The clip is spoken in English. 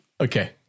Okay